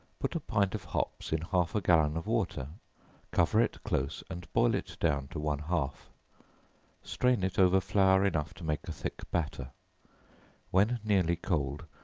put a pint of hops in half a gallon of water cover it close and boil it down to one half strain it over flour enough to make a thick batter when nearly cold,